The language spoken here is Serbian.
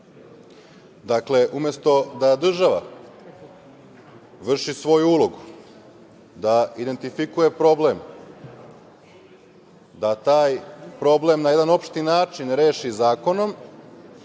Dakle, umesto da država vrši svoju ulogu da identifikuje problem, da taj problem na jedan opšti način reši zakonom,